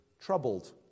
troubled